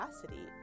capacity